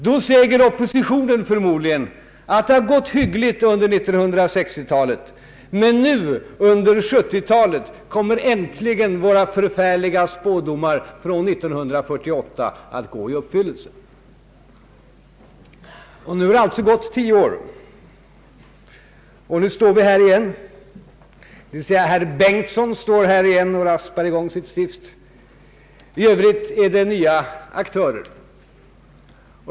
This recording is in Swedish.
Då säger oppositionen förmodligen att det har gått hyggligt under 1970-talet, men nu under 1980-talet kommer äntligen våra förfärliga spådomar från år 1948 att gå i uppfyllelse. Det har alltså gått tio år och nu står vi här igen, d.v.s. herr Bengtson står här och raspar i gång sitt stift, i övrigt är det nya aktörer.